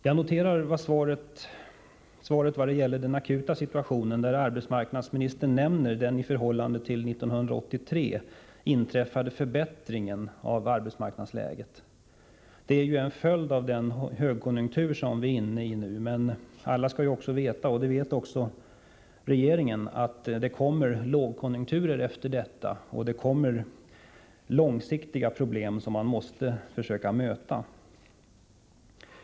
Jag noterar svaret i vad gäller den akuta situationen, där arbetsmarknadsministern nämner den i förhållande till 1983 inträffade förbättringen av arbetsmarknadsläget. Detta är ju en följd av den högkonjunktur som vi är inne i nu, men alla vet, också regeringen, att det kommer lågkonjunkturer, och det kommer långsiktiga problem som man måste försöka möta.